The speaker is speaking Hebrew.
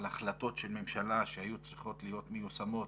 החלטות של ממשלה שהיו צריכות להיות מיושמות